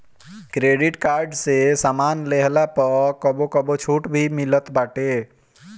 credit card से सामान लेहला पअ कबो कबो छुट भी मिलत बाटे